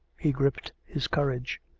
he gripped his courage.